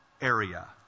area